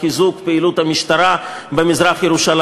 בחיזוק פעילות המשטרה במזרח-ירושלים,